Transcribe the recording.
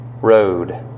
road